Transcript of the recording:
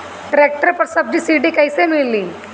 Tractor पर subsidy कैसे मिली?